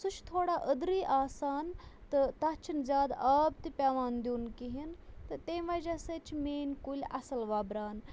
سُہ چھِ تھوڑا أدرٕے آسان تہٕ تَتھ چھُنہٕ زیادٕ آب تہِ پٮ۪وان دیُن کِہیٖنۍ تہٕ تیٚمہِ وَجہ سۭتۍ چھِ میٲنۍ کُلۍ اَصٕل وبران